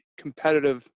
competitive